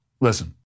Listen